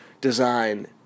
design